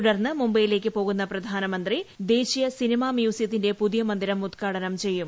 തുടർന്ന് മുംബൈയിലേക്ക് പോകുന്ന പ്രധാനമന്ത്രി ദേശീയ സിനിമാ മ്യൂസിയ ത്തിന്റെ പുതിയ മന്ദിരം ഉദ്ഘാടനം ചെയ്യും